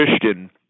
Christian